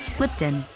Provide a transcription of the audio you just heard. lipton